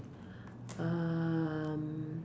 um